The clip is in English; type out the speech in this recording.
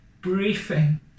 briefing